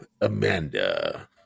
Amanda